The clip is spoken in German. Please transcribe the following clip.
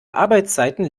arbeitszeiten